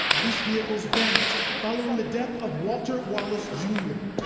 police vehicles damaged. following the death of walter wallace jr.